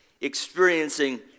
experiencing